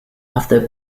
after